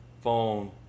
phone